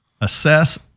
assess